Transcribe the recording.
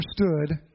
understood